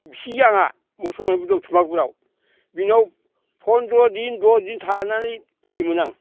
बिसिगि आंहा मुसलमानबो दं थुरमागुरियाव बिनाव फनद्र'दिन दसदिन थानानै फैयोमोन आं